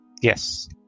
Yes